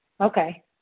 okay